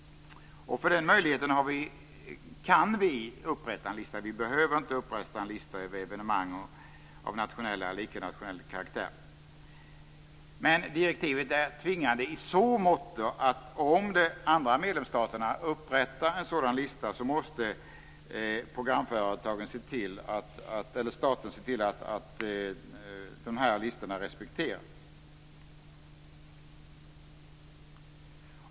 För sådana fall kan vi upprätta en lista, men vi behöver inte upprätta en lista över evenemang av nationell eller icke-nationell karaktär. Direktivet är tvingande i så måtto att om andra medlemsstater upprättar en sådan lista måste staten se till att listorna respekteras.